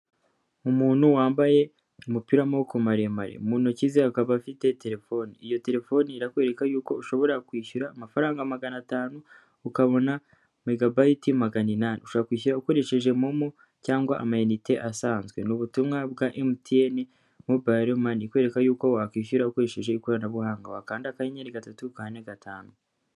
Umuntu wambaye umupira w'amaboko maremare, mu ntoki ze akaba afite telefone, iyo telefone irakwereka yuko ushobora kwishyura amafaranga magana atanu ukabona megabati magana inani, ushobora ku ishura ukoresheje MOMO cyangwa amayinite asanzwe, ni ubutumwa bwa Emutiyene mobayiro mani ikwereka yuko yuko wakwishyura ukoresheje ikoranabuhanga, wakanda akanyeri gatatu, kane, gatanu.